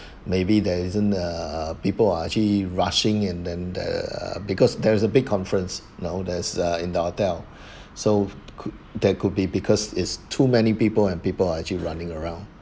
maybe there isn't uh people are actually rushing and the uh because there is a big conference know that's uh in the hotel so cou~ that could be because it's too many people and people are actually running around